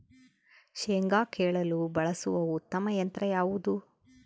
ಶೇಂಗಾ ಕೇಳಲು ಬಳಸುವ ಉತ್ತಮ ಯಂತ್ರ ಯಾವುದು?